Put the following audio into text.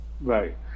Right